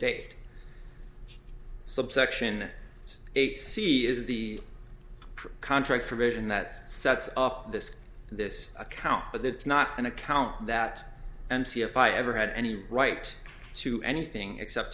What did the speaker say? date subsection is eight c is the contract provision that sets up this this account but it's not an account that and see if i ever had any right to anything except